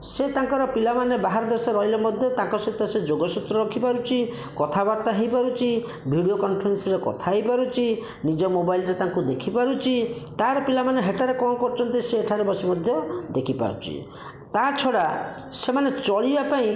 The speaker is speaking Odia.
ସେ ତାଙ୍କର ପିଲାମାନେ ବାହାର ଦେଶରେ ରହିଲେ ମଧ୍ୟ ତାଙ୍କ ସହିତ ସେ ଯୋଗସୂତ୍ର ରଖିପାରୁଛି କଥାବାର୍ତ୍ତା ହେଇପାରୁଛି ଭିଡ଼ିଓ କୋନଫରେନ୍ସରେ କଥା ହେଇପାରୁଛି ନିଜ ମୋବାଇଲରେ ତାଙ୍କୁ ଦେଖିପାରୁଛି ତାର ପିଲାମାନେ ହେଟାରେ କଣ କରୁଛନ୍ତି ସେ ଏଠାରେ ବସି ମଧ୍ୟ ଦେଖିପାରୁଛି ତା ଛଡ଼ା ସେମାନେ ଚଳିବା ପାଇଁ